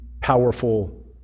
powerful